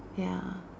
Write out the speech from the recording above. ya